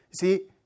See